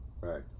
Right